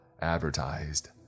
advertised